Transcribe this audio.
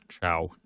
ciao